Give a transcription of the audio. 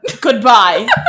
Goodbye